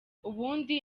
ubundi